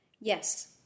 Yes